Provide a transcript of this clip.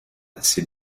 بسه